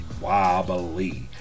wobbly